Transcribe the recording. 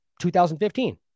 2015